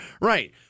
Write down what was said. Right